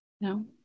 No